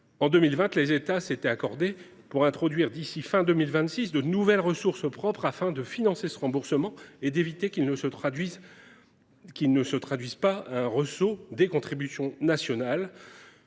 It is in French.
En 2020, les États s’étaient accordés pour introduire de nouvelles ressources propres d’ici à 2026, afin de financer ce remboursement et d’éviter qu’il ne se traduise par un surcroît des contributions nationales.